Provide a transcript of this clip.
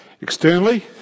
Externally